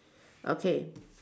okay